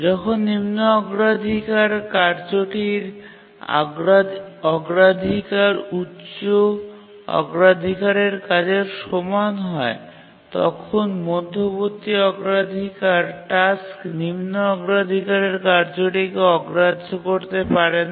যখন নিম্ন অগ্রাধিকার কার্যটির অগ্রাধিকার উচ্চ অগ্রাধিকারের কাজের সমান হয় তখন মধ্যবর্তী অগ্রাধিকার টাস্ক নিম্ন অগ্রাধিকারের কার্যটিকে অগ্রাহ্য করতে পারে না